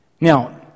Now